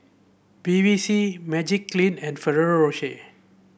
Bevy C Magiclean and Ferrero Rocher